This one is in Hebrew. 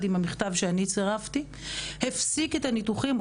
עם המכתב שצירפתי הפסיק את הניתוחים,